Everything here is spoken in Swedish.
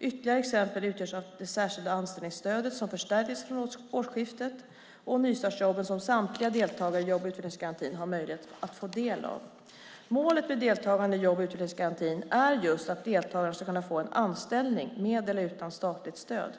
Ytterligare exempel utgörs av det särskilda anställningsstödet som förstärktes från årsskiftet och nystartsjobben som samtliga deltagare i jobb och utvecklingsgarantin har möjlighet att få del av. Målet med deltagande i jobb och utvecklingsgarantin är just att deltagaren ska få en anställning med eller utan statligt stöd.